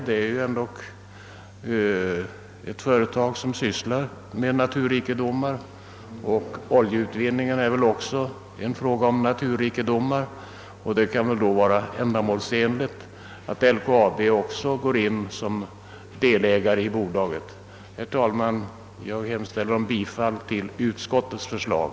LKAB är ändå ett företag som sysslar med naturrikedomar — oljan är väl också en naturrikedom — och det kan väl då vara ändamålsenligt att LKAB ingår som delägare i bolaget. Herr talman! Jag hemställer om bifall till utskottets förslag.